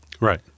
Right